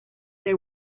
they